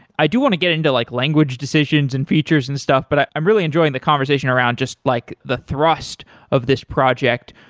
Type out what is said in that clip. i do want to get into like language decisions and features and stuff, but i'm really enjoying the conversation around just like the thrust of this project.